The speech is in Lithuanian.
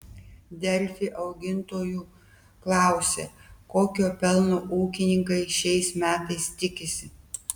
delfi augintojų klausia kokio pelno ūkininkai šiais metais tikisi